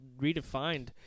redefined